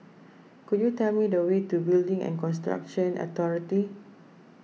could you tell me the way to Building and Construction Authority